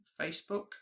Facebook